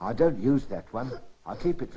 i don't use that one i keep it